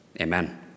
Amen